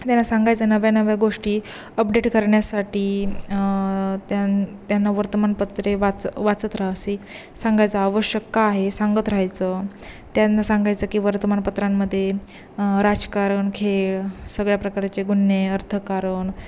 त्यांना सांगायचं नव्या नव्या गोष्टी अपडेट करण्यासाठी त्यां त्यांना वर्तमानपत्रे वाच वाचत राहसी सांगायचं आवश्यक का आहे सांगत राहायचं त्यांना सांगायचं की वर्तमानपत्रांमध्ये राजकारण खेळ सगळ्या प्रकारचे गुन्हे अर्थकारण